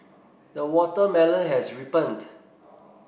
the watermelon has